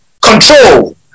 control